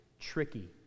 tricky